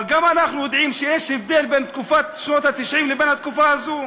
אבל גם אנחנו יודעים שיש הבדל בין תקופת שנות ה-90 לבין התקופה הזו,